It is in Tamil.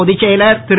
பொதுச்செயலர் திரு